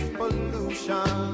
pollution